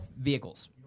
vehicles